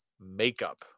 makeup